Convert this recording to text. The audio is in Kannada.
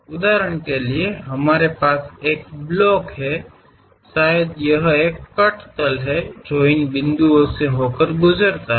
ಉದಾಹರಣೆಗೆ ನಮಗೆ ಒಂದು ಬ್ಲಾಕ್ ಇದೆ ಬಹುಶಃ ಕತ್ತರಿಸಿದ ಸಮತಲವೆಂದರೆ ಅದು ಈ ಬಿಂದುಗಳ ಮೂಲಕ ಹಾದುಹೋಗುತ್ತದೆ